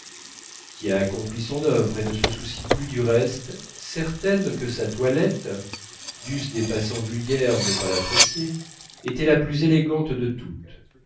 qui a accompli son œuvre et ne se soucie plus du reste certaine que sa toilette dussent des passants vulgaires ne pas l'apprécier était la plus élégante de toutes